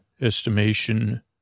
estimation